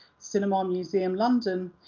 cinema museum, london,